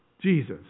Jesus